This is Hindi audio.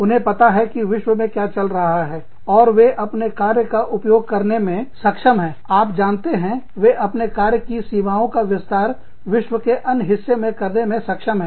उन्हें पता है विश्व में क्या चल रहा है और वे अपने कार्य का उपयोग करने में सक्षम है आप जानते हैं वे अपने कार्य की सीमाओं का विस्तार विश्व के अन्य हिस्सों में करने में सक्षम हैं